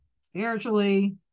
Spiritually